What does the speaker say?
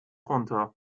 runter